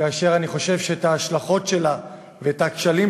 ואני חושב שאת ההשלכות שלה ואת הכשלים